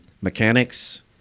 mechanics